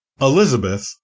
Elizabeth